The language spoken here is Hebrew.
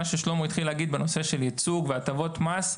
ממה ששלמה אמר בנושא של ייצוג והטבות מס,